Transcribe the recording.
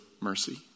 mercy